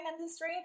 industry